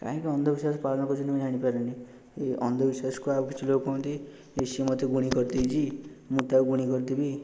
କାହିଁକି ଅନ୍ଧବିଶ୍ୱାସ ପାଳନ କରୁଛନ୍ତି ମୁଁ ଜାଣିପାରୁନି ଅନ୍ଧବିଶ୍ୱାସକୁ ଆଉ କିଛି ଲୋକ କୁହନ୍ତି ସେ ମୋତେ ଗୁଣି କରିଦେଇଛି ମୁଁ ତାକୁ ଗୁଣି କରିଦେବି